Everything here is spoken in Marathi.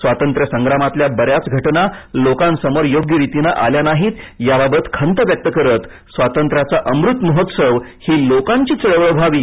स्वातंत्र्य संग्रामातल्या बऱ्याच घटना लोकांसमोर योग्य रितीनं आल्या नाहीत याबाबत खंत व्यक्त करत स्वातंत्र्याचा अमृत महोत्सव ही लोकांची चळवळ व्हावी